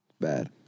bad